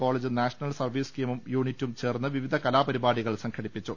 college national service scheme യൂണിറ്റും ചേർന്ന് വിവിധ പരിപാടികൾ സംഘടിപ്പിച്ചു